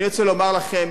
אני רוצה לומר לכם: